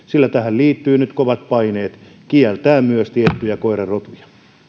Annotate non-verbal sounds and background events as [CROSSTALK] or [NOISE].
[UNINTELLIGIBLE] sillä tähän liittyy nyt kovat paineet kieltää myös tiettyjä koirarotuja